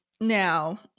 Now